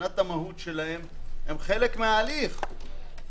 שמבחינת מהותם הם חלק מההליך.